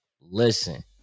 listen